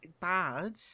bad